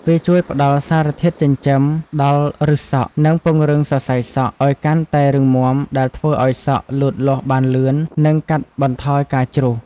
វាជួយផ្ដល់ សារធាតុចិញ្ចឹម ដល់ឫសសក់ និង ពង្រឹងសរសៃសក់ ឱ្យកាន់តែរឹងមាំ ដែលធ្វើឱ្យសក់លូតលាស់បានលឿន និងកាត់បន្ថយការជ្រុះ។